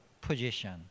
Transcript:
position